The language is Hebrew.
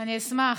אני אשמח.